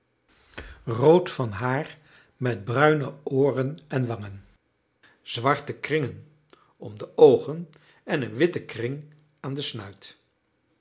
rood van haar met bruine ooren en wangen zwarte kringen om de oogen en een witten kring aan den snuit